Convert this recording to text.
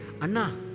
Anna